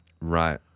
Right